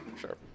Sure